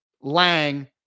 Lang